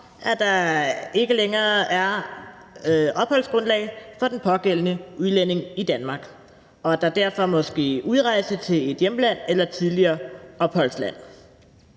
at der ikke længere er opholdsgrundlag for den pågældende udlænding i Danmark, og at der derfor må ske udrejse til et hjemland eller tidligere opholdsland.